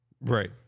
Right